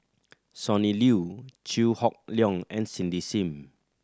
Sonny Liew Chew Hock Leong and Cindy Sim